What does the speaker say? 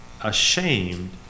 ashamed